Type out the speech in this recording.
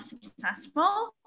successful